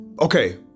okay